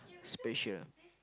special